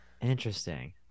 Interesting